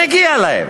מגיע להם.